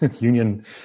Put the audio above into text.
union